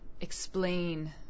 explain